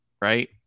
Right